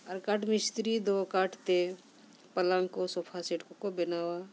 ᱟᱨ ᱠᱟᱴ ᱢᱤᱥᱛᱨᱤ ᱫᱚ ᱠᱟᱴᱛᱮ ᱯᱟᱞᱟᱝ ᱠᱚ ᱥᱚᱯᱷᱟ ᱥᱮᱴ ᱠᱚᱠᱚ ᱵᱮᱱᱟᱣᱟ